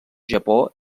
japó